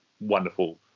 wonderful